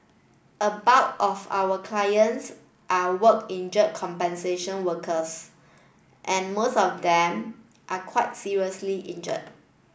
a bulk of our clients are work injury compensation workers and most of them are quite seriously injured